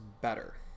better